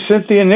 Cynthia